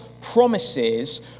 promises